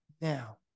now